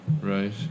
right